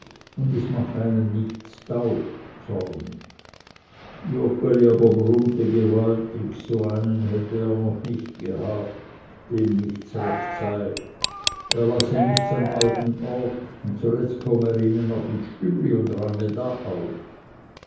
und es mache einem nichts taub joggeli aber brummte gewaltig so einen hätte er noch nicht gehabt dem nichts recht sei er lasse nichts am alten ort und zuletzt komme er ihnen noch ins stübli und räume da auf